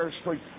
Street